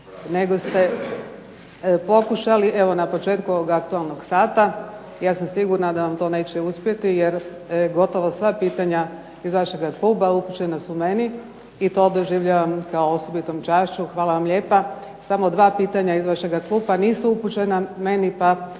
nego ste pokušali evo na početku ovog "aktualnog sata" i ja sam sigurna da vam to neće uspjeti jer gotovo sva pitanja iz vašega kluba upućena su meni i to doživljavam kao osobitom čašću. Hvala vam lijepa! Samo dva pitanja iz vašega kluba nisu upućena meni, pa